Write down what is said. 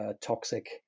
toxic